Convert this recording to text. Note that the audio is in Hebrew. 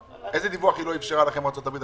איזה דיווח ארצות הברית לא אפשרה לכם עדיין?